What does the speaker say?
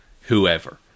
whoever